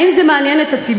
האם זה מעניין את הציבור?